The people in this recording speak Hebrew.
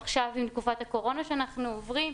עכשיו עם תקופת הקורונה שאנחנו עוברים,